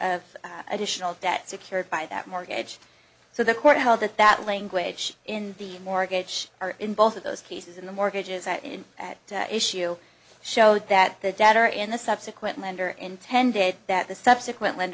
of additional debt secured by that mortgage so the court held that that language in the mortgage or in both of those cases in the mortgages that in issue showed that the debtor in the subsequent lender intended that the subsequent lend